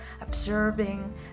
observing